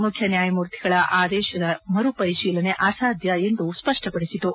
ಮುಖ್ಯ ನ್ಯಾಯಮೂರ್ತಿಗಳ ಆದೇಶದ ಮರು ಪರಿಶೀಲನೆ ಅಸಾಧ್ಯ ಎಂದು ಸ್ಪಷ್ಟಪದಿಸಿತು